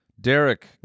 Derek